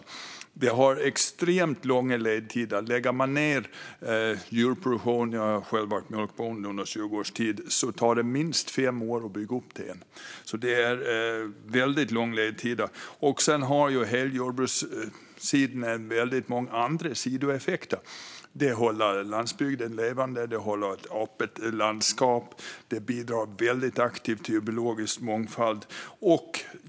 Jordbruket har extremt långa ledtider. Om man lägger ned djurproduktionen - jag har själv varit mjölkbonde i 20 års tid - tar det minst fem år att bygga upp den igen. Hela jordbrukssidan har väldigt många andra sidoeffekter. Jordbruket håller landsbygden levande, håller ett öppet landskap och bidrar väldigt aktivt till biologisk mångfald.